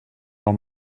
del